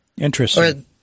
Interesting